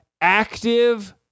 active